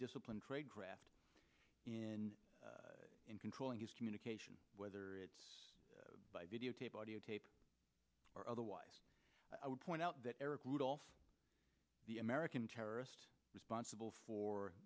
disciplined trade craft in controlling his communications whether it's by videotape or audiotape or otherwise i would point out that eric rudolph the american terrorist responsible